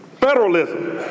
Federalism